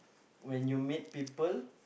when you meet people